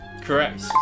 Correct